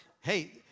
hey